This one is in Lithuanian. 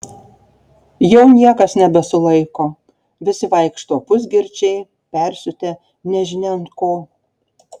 jau niekas nebesulaiko visi vaikšto pusgirčiai persiutę nežinia ant ko